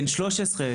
על החלוקה בין הרשמי,